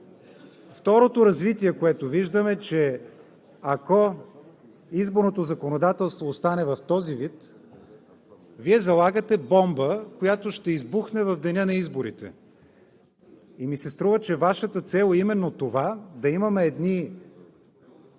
Второто развитие, което виждам, е, че, ако изборното законодателство остане в този вид, Вие залагате бомба, която ще избухне в деня на изборите. И ми се струва, че Вашата цел е именно това, да имаме едни